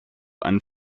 ein